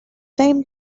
same